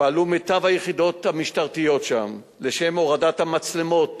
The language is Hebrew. פעלו מיטב היחידות המשטרתיות שם לשם הורדת המצלמות